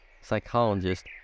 psychologist